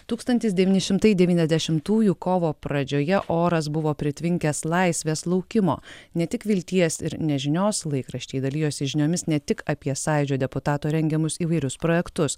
tūkstantis devyni šimtai devyniasdešimtųjų kovo pradžioje oras buvo pritvinkęs laisvės laukimo ne tik vilties ir nežinios laikraščiai dalijosi žiniomis ne tik apie sąjūdžio deputatų rengiamus įvairius projektus